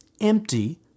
empty